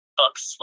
books